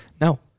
No